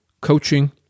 coaching